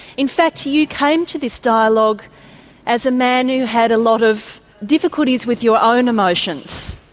in fact you you came to this dialogue as a man who had a lot of difficulties with your own emotions,